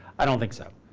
i don't think so.